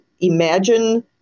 imagine